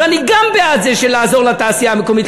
אבל אני גם בעד לעזור לתעשייה המקומית,